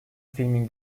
filmin